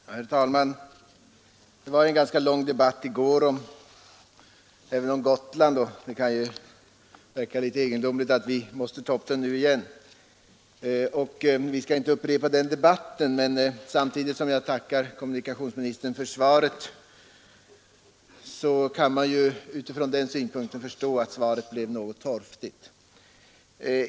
Herr talman! Det var en ganska lång debatt i går även om Gotland. Det kan därför verka egendomligt att vi måste ta upp den nu igen. Vi skall dock inte upprepa gårdagens debatt. Samtidigt som jag tackar för svaret, vill jag förklara att jag från den synpunkten kan förstå att svaret blev något torftigt.